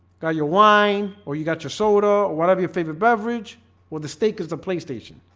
got your wine or you got your soda or whatever your favorite beverage or the steak is the playstation